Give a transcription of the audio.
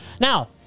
now